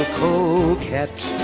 coquette